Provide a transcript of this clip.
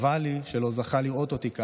חבל שלא זכה לראות אותי כאן,